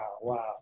wow